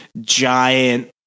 giant